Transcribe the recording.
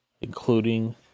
including